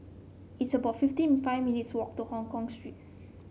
it's about fifty five minutes' walk to Hongkong Street